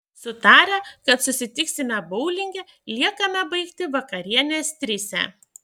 sutarę kad susitiksime boulinge liekame baigti vakarienės trise